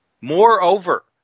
Moreover